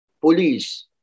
police